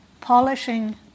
polishing